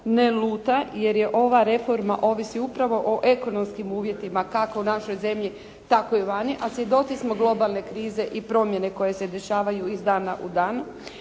ne luta, jer je ova reforma ovisi upravo o ekonomskim uvjetima kako u našoj zemlji tako i vani, a svjedoci smo globalne krize i promjene koje se dešavaju iz dana u dan.